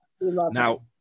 Now